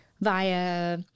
via